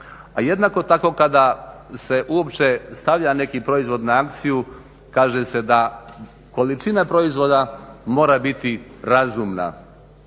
jednako tako kada se uopće stavlja neki proizvod na akciju kaže se da količina proizvoda mora biti razumna.